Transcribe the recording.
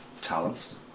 talents